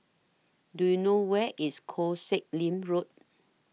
Do YOU know Where IS Koh Sek Lim Road